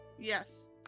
Yes